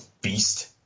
beast